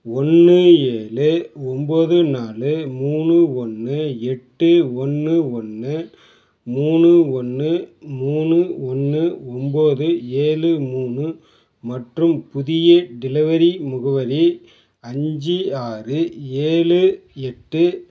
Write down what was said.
ஒன்று ஏழு ஒம்பது நாலு மூணு ஒன்று எட்டு ஒன்று ஒன்று மூணு ஒன்று மூணு ஒன்று ஒம்பது ஏழு மூணு மற்றும் புதிய டெலிவரி முகவரி அஞ்சு ஆறு ஏழு எட்டு